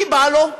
כי בא לו,